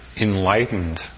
enlightened